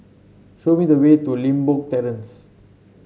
show me the way to Limbok Terrace